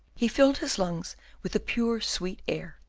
he filled his lungs with the pure, sweet air,